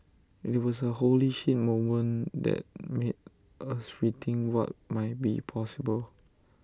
IT was A 'holy shit' moment that made us rethink what might be possible